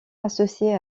associée